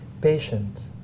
patient